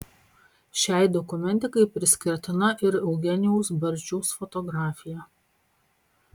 šiai dokumentikai priskirtina ir eugenijaus barzdžiaus fotografija